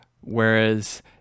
Whereas